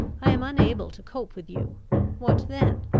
i am unable to cope with you what then?